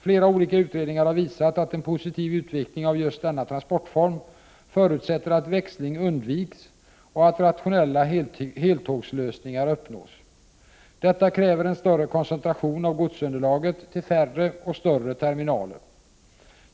Flera olika utredningar har visat att en positiv utveckling av just denna transportform förutsätter att växling undviks och att rationella heltågslösningar uppnås. Detta kräver en koncentration av godsunderlaget till färre och större terminaler.